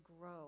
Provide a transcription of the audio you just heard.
grow